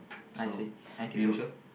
I see antisocial